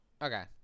Okay